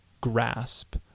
grasp